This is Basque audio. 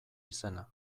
izena